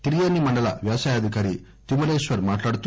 తిర్వాని మండల వ్యవసాయాధికారి తిరుమలేశ్వర్ మాట్లాడుతూ